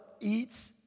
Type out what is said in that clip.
eats